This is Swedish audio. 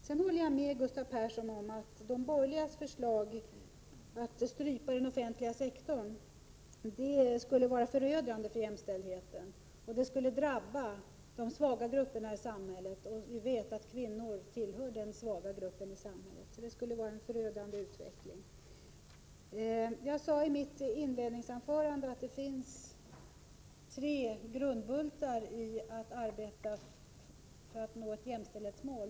Sedan håller jag med Gustav Persson om att de borgerligas förslag att strypa den offentliga sektorn skulle vara förödande för jämställdheten, om det genomfördes. Det skulle drabba de svaga grupperna i samhället, och vi vet att kvinnor tillhör de grupperna. Jag sade i mitt inledningsanförande att det finns tre grundbultar i arbetet på att nå jämställdhetsmålet.